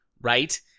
Right